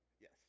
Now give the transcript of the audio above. Yes